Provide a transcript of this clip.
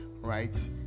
right